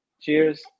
Cheers